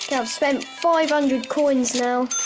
yeah i've spent five hundred coins now.